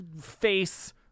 face